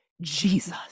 Jesus